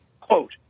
Quote